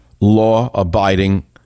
law-abiding